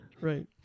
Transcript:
Right